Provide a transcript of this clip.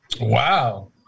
Wow